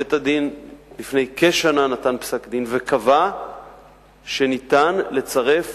בית-הדין נתן פסק-דין לפני כשנה וקבע שאפשר לצרף